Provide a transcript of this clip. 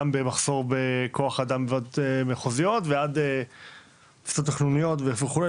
גם במחסור בכוח אדם בוועדות מחוזיות ועד קבוצות תכנוניות וכולי,